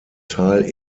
teil